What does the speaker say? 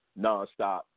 nonstop